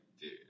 dude